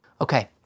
okay